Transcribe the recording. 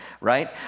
right